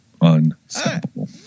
unstoppable